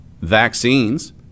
vaccines